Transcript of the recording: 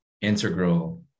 integral